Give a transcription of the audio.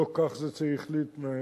לא כך זה צריך להתנהל,